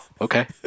okay